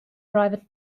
private